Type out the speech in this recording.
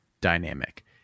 dynamic